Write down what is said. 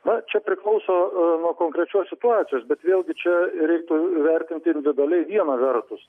va čia priklauso nuo konkrečios situacijos bet vėlgi čia reiktų vertinti individualiai viena vertus